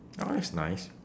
ah that's nice